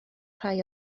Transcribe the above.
rhai